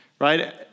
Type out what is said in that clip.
right